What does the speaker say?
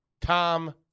Tom